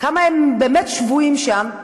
כמה הם באמת שבויים שם.